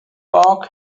parks